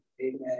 amen